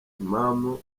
timamu